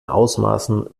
ausmaßen